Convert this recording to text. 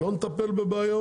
אם לא נטפל בבעיות,